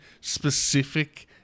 specific